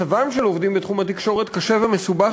מצבם של עובדים בתחום התקשורת קשה ומסובך